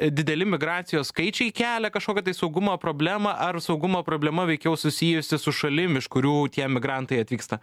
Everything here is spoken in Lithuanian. dideli migracijos skaičiai kelia kažkokią tai saugumo problemą ar saugumo problema veikiau susijusi su šalim iš kurių tie migrantai atvyksta